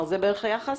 זה בערך היחס?